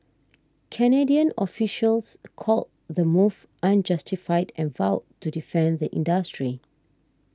Canadian officials called the move unjustified and vowed to defend the industry